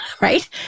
right